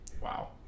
Wow